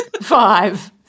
Five